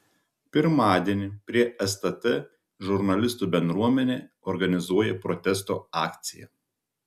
pirmadienį prie stt žurnalistų bendruomenė organizuoja protesto akciją